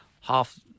half